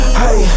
hey